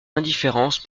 indifférence